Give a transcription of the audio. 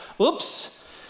Oops